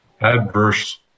adverse